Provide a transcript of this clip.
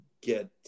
get